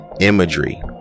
imagery